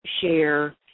share